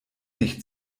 nicht